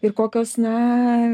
ir kokios na